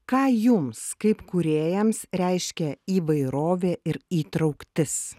ką jums kaip kūrėjams reiškia įvairovė ir įtrauktis